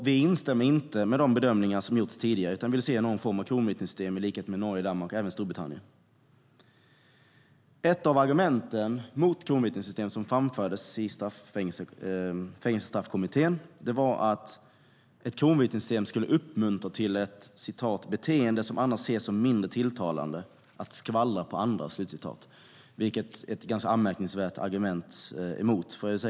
Vi instämmer inte med de bedömningar som har gjorts tidigare utan vill se någon form av kronvittnessystem i likhet med vad man har i bland annat Norge, Danmark och Storbritannien. Ett av argumenten mot kronvittnessystemet som framfördes i Fängelsestraffkommittén var att ett kronvittnessystem skulle uppmuntra till ett beteende som annars ses som mindre tilltalande, att skvallra på andra. Det är ett ganska anmärkningsvärt argument emot.